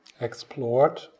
explored